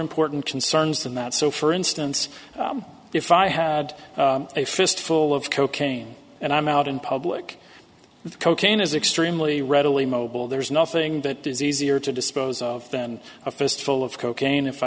important concerns than that so for instance if i had a fist full of cocaine and i'm out in public the cocaine is extremely readily mobile there's nothing that is easier to dispose of than a fist full of cocaine if